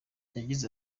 yagize